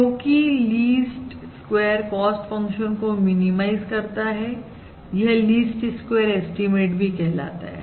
क्योंकि least square cost function को minimise करता है यह लीस्ट स्क्वेयर एस्टीमेट भी कहलाता है